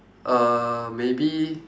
uh maybe